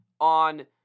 on